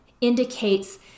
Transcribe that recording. indicates